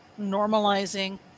normalizing